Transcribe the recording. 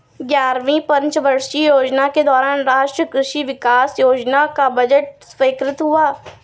ग्यारहवीं पंचवर्षीय योजना के दौरान राष्ट्रीय कृषि विकास योजना का बजट स्वीकृत हुआ